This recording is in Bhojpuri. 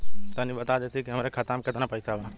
तनि बता देती की हमरे खाता में कितना पैसा बा?